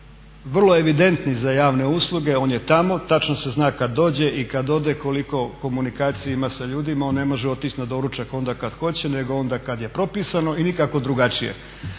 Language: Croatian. vrlo evidentni za javne usluge. On je tamo, tačno se zna kad dođe i kad ode, koliku komunikaciju ima sa ljudima. On ne može otići na doručak onda kad hoće, nego onda kad je propisano i nikakao drugačije.